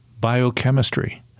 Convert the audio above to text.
biochemistry